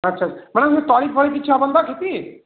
ଆଚ୍ଛା ମ୍ୟାଡ଼ାମ୍ ତଳିଫଳି କିଛି ହେବନି ତ କିଛି